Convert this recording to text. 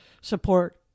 support